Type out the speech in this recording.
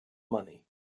money